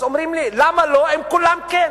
אז אומרים לי: למה לא, אם כולם כן?